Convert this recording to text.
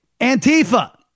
Antifa